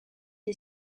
est